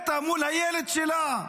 מתה מול הילד שלה.